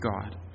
God